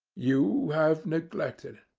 you have neglected.